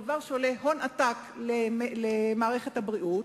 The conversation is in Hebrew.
דבר שעולה הון עתק למערכת הבריאות.